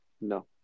No